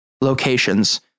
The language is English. locations